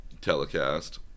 telecast